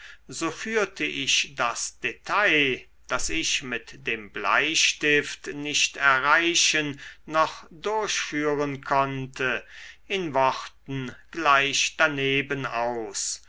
so führte ich das detail das ich mit dem bleistift nicht erreichen noch durchführen konnte in worten gleich darneben aus